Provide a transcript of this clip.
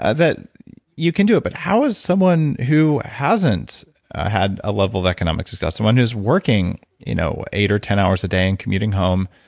that you can do it. but how is someone who hasn't had a level of economic success, someone who's working you know eight or ten hours a day and commuting home,